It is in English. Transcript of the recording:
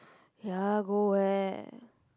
ya go where